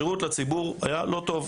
השירות לציבור היה לא טוב,